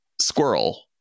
squirrel